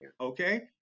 okay